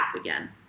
again